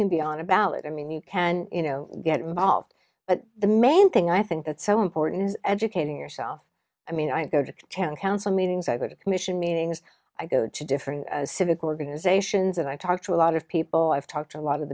can be on a ballot i mean you can you know get involved but the main thing i think that's so important educating yourself i mean i go to town council meetings i get a commission meetings i go to different civic organizations and i talk to a lot of people i've talked to a lot of